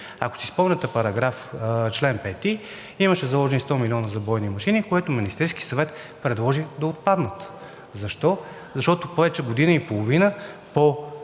Ако си спомняте чл. 5, имаше заложени 100 милиона за бойни машини, които Министерският съвет предложи да отпаднат. Защо? Защото повече от година и половина